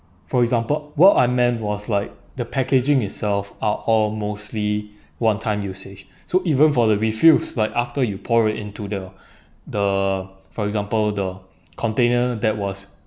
for example what I meant was like the packaging itself are all mostly one time usage so even for the refills like after you pour it into the the for example the container that was